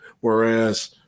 whereas